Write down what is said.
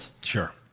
Sure